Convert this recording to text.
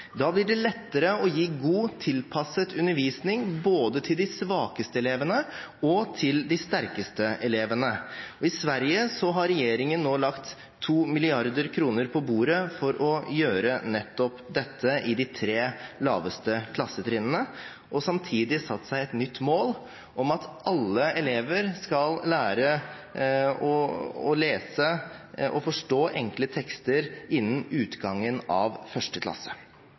Da blir det lettere å gi god tilpasset undervisning både til de svakeste elevene og til de sterkeste elevene. I Sverige har regjeringen nå lagt 2 mrd. kr på bordet for å gjøre nettopp dette i de tre laveste klassetrinnene, og samtidig satt seg et nytt mål om at alle elever skal lære å lese og forstå enkle tekster innen utgangen av 1. klasse.